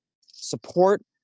support